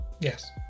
Yes